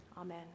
amen